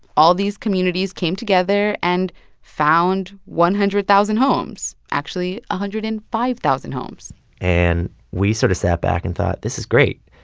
all these communities came together and found one hundred thousand homes actually, one hundred and five thousand homes and we sort of sat back and thought, this is great.